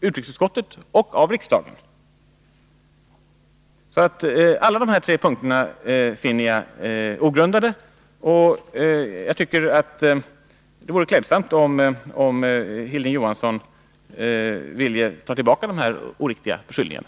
utrikesutskottet och av riksdagen. Alla de tre punkterna finner jag ogrundade, och jag tycker att det vore klädsamt om Hilding Johansson ville ta tillbaka de oriktiga beskyllningarna.